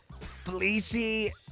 fleecy